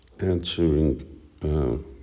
answering